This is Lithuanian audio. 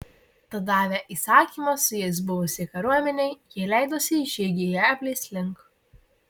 tad davę įsakymą su jais buvusiai kariuomenei jie leidosi į žygį jabnės link